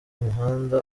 umuhanda